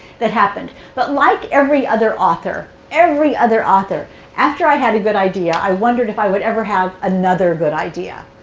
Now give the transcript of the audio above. that happened. but like every other author every other author after i had a good idea, i wondered if i would ever have another good idea.